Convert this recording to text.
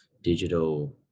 digital